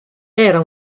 era